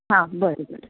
हा बरें बरें